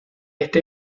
este